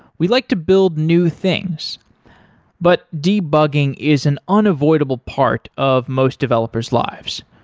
we like to build new things but debugging is an unavoidable part of most developer s lives.